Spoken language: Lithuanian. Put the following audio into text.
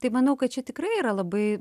tai manau kad čia tikrai yra labai